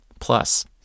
Plus